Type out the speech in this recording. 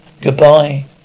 goodbye